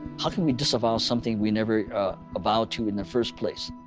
how can we disavow something we never avowed to in the first place?